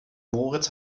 moritz